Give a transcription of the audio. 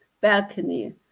balcony